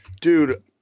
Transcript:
dude